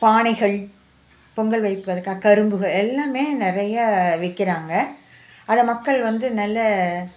பானைகள் பொங்கல் வைப்பதற்காக கரும்புகள் எல்லாமே நிறையா விற்கிறாங்க அதை மக்கள் வந்து நல்ல